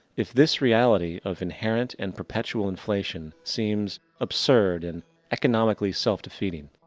if this reality of inherent and perpetual inflation seems absurd and economically self defeating.